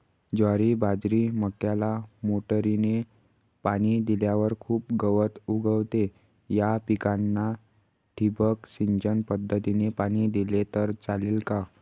ज्वारी, बाजरी, मक्याला मोटरीने पाणी दिल्यावर खूप गवत उगवते, या पिकांना ठिबक सिंचन पद्धतीने पाणी दिले तर चालेल का?